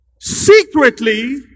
secretly